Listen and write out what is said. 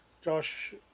Josh